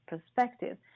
perspective